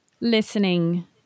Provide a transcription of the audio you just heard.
listening